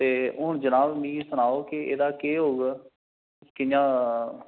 ते हून जनाब मी सनाओ कि एह्दा केह् होग किटयां